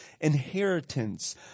inheritance